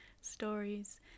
stories